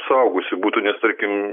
suaugusių būtų nes tarkim